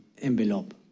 envelope